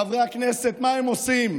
חברי הכנסת, מה הם עושים.